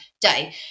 day